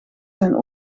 zijn